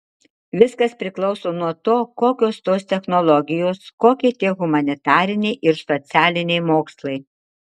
viskas priklauso nuo to kokios tos technologijos kokie tie humanitariniai ir socialiniai mokslai